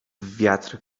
wiatr